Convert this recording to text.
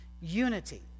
unity